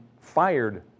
fired